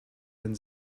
wenn